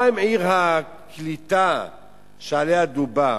מה עם עיר הקליטה שעליה דובר?